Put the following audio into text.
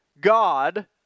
God